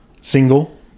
single